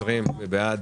ופברואר.